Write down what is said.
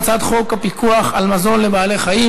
הצעת חוק הפיקוח על מזון לבעלי-חיים